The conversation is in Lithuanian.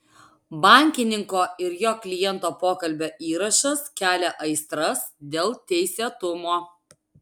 bankininko ir jo kliento pokalbio įrašas kelia aistras dėl teisėtumo